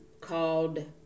called